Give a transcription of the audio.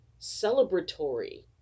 celebratory